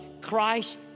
Christ